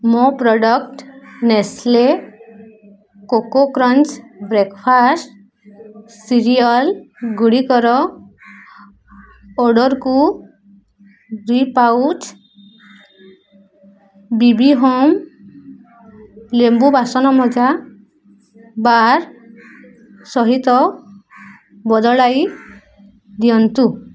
ମୋ product Nestle coco crunch breakfast cereal ଗୁଡ଼ିକର ଅର୍ଡ଼ର୍କୁ ଦୁଇ ପାଉଚ୍ ବି ବି ହୋମ୍ ଲେମ୍ବୁ ବାସନମଜା ବାର୍ ସହିତ ବଦଳାଇ ଦିଅନ୍ତୁ